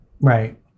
Right